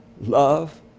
Love